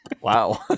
Wow